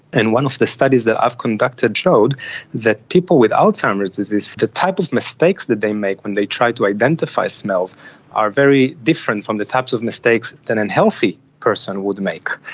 and one of the studies that i've conducted showed that people with alzheimer's disease, the type of mistakes that they make when they try to identify smells are very different from the types of mistakes that a and healthy person would make.